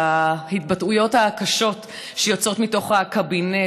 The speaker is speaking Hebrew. ההתבטאויות הקשות שיוצאות מתוך הקבינט,